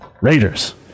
Raiders